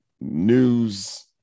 news